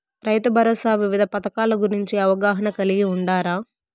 రైతుభరోసా వివిధ పథకాల గురించి అవగాహన కలిగి వుండారా?